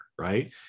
right